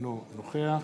אינו נוכח